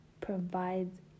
provides